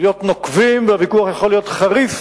להיות נוקבים והוויכוח יכול להיות חריף